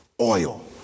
Oil